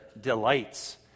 delights